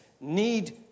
need